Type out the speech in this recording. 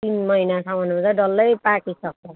तिन महिनासम्म हुँदै डल्लै पाकिसक्छ